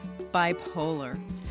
bipolar